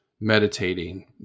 meditating